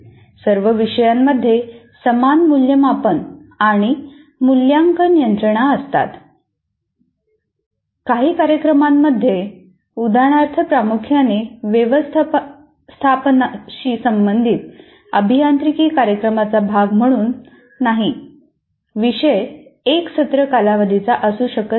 सर्व विषयांमध्ये समान मूल्यमापन आणि मूल्यांकन यंत्रणा असतात विषय एक सत्र कालावधीचा असू शकत नाही